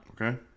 Okay